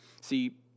See